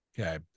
Okay